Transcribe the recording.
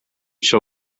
show